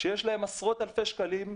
שיש להם עשרות אלפי שקלים,